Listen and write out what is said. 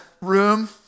room